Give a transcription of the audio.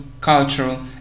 cultural